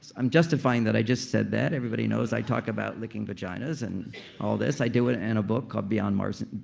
i'm justifying that i just said that. everybody knows i talk about licking vaginas and all this. i do it in and a book called beyond mars. and